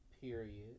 period